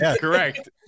correct